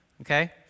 Okay